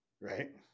right